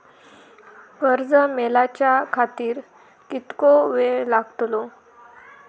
कर्ज मेलाच्या खातिर कीतको वेळ लागतलो?